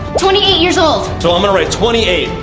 twenty eight years old. so i'm gonna write twenty eight.